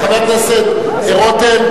חבר הכנסת רותם,